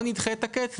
זה בוא נדחה את הקץ,